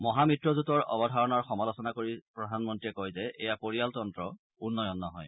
মহামিত্ৰজোঁটৰ অৱধাৰনাৰ সমালোচনা কৰি প্ৰধানমন্ত্ৰীয়ে কয় যে এয়া পৰিয়ালতন্ত্ৰ উন্নয়ন নহয়